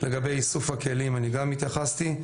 לגבי איסוף הכלים, אני גם התייחסתי.